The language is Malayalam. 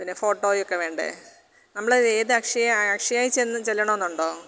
പിന്നെ ഫോട്ടോയൊക്കെ വേണ്ടേ നമ്മള് ഏത് അക്ഷയയാണ് അക്ഷയയില് ചെല്ലണമെന്നുണ്ടോ